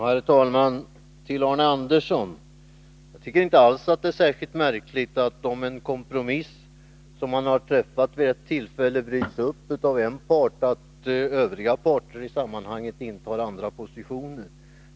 Herr talman! Till Arne Andersson i Ljung: Jag tycker inte alls att det är särskilt märkligt, att om en kompromiss som har gjorts upp vid ett tillfälle, rivs upp av en part, så intar övriga parter i sammanhanget andra positioner.